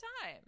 time